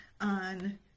on